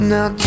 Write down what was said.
Now